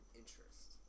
interest